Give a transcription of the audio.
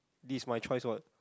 this is my choice what